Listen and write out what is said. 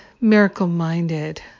miracle-minded